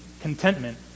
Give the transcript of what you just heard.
contentment